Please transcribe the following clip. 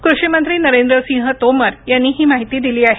कृषी मंत्री नरेंद्रसिंह तोमर यांनी ही माहिती दिली आहे